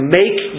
make